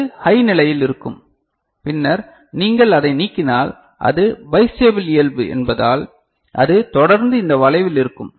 அது ஹை நிலையில் இருக்கும் பின்னர் நீங்கள் அதை நீக்கினால் அது பைஸ்டேபில் இயல்பு என்பதால் அது தொடர்ந்து இந்த வளைவில் இருக்கும்